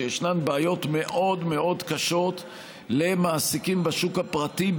שישנן בעיות מאוד מאוד קשות למעסיקים בשוק הפרטי,